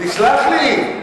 תסלח לי.